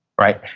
right?